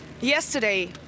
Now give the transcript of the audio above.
yesterday